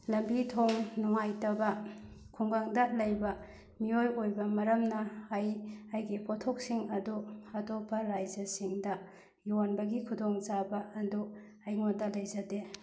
ꯂꯝꯕꯤ ꯊꯣꯡ ꯅꯨꯡꯉꯥꯏꯇꯕ ꯈꯨꯡꯒꯪꯗ ꯂꯩꯕ ꯃꯤꯑꯣꯏ ꯑꯣꯏꯕ ꯃꯔꯝꯅ ꯑꯩ ꯑꯩꯒꯤ ꯄꯣꯠꯊꯣꯛꯁꯤꯡ ꯑꯗꯨ ꯑꯇꯣꯞꯄ ꯔꯥꯏꯖꯁꯤꯡꯗ ꯌꯣꯟꯕꯒꯤ ꯈꯨꯗꯣꯡ ꯆꯥꯕ ꯑꯗꯨ ꯑꯩꯉꯣꯟꯗ ꯂꯩꯖꯗꯦ